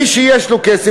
מי שיש לו כסף,